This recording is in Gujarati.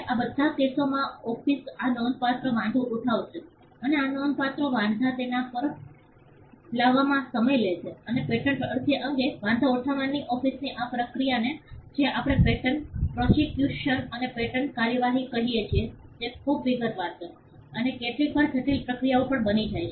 આ બધા કેસોમાં ઓફિસ આ નોંધપાત્ર વાંધા ઉઠાવશે અને આ નોંધપાત્ર વાંધા તેના પર લાવવામાં સમય લે છે અને પેટન્ટ અરજી અંગે વાંધા ઉઠાવવાની ઓફિસની આ પ્રક્રિયા જેને આપણે પેટન્ટ પ્રોસીક્યુશન અને પેટન્ટ કાર્યવાહી કહીયે છે તે ખૂબ વિગતવાર છે અને કેટલીકવાર જટિલ પ્રક્રિયાઓ પણ બની જાય છે